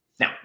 Now